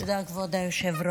תודה, כבוד היושב-ראש.